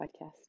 podcast